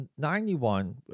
91